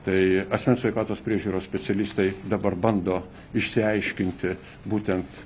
tai asmens sveikatos priežiūros specialistai dabar bando išsiaiškinti būtent